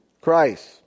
Christ